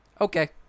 okay